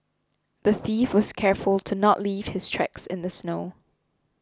the thief was careful to not leave his tracks in the snow